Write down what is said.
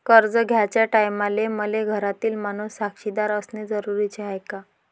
कर्ज घ्याचे टायमाले मले घरातील माणूस साक्षीदार असणे जरुरी हाय का?